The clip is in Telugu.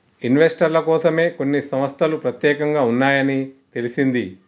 ఇన్వెస్టర్ల కోసమే కొన్ని సంస్తలు పెత్యేకంగా ఉన్నాయని తెలిసింది